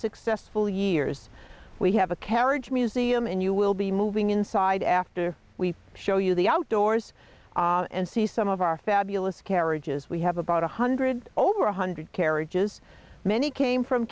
successful years we have a carriage museum and you will be moving inside after we show you the outdoors and see some of our fabulous carriages we have about a hundred over a hundred carriages many came from